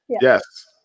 Yes